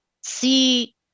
see